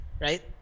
Right